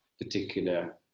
particular